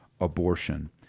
abortion